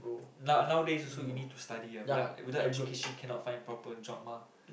now nowadays also you need to study ah without without education cannot find proper job mah